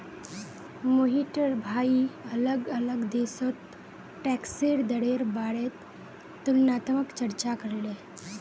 मोहिटर भाई अलग अलग देशोत टैक्सेर दरेर बारेत तुलनात्मक चर्चा करले